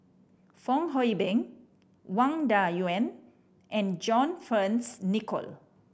Fong Hoe Beng Wang Dayuan and John Fearns Nicoll